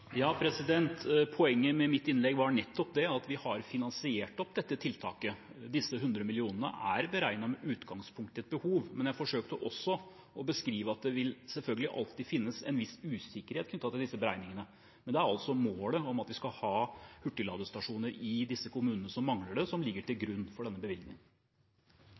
vi har finansiert opp dette tiltaket. Disse 100 mill. kr er beregnet med utgangspunkt i et behov, men jeg forsøkte også å beskrive at det vil selvfølgelig alltid finnes en viss usikkerhet knyttet til disse beregningene. Det er målet om at vi skal ha hurtigladestasjoner i disse kommunene, som mangler, som ligger til grunn for denne bevilgningen.